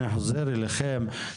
אני חוזר אליכם,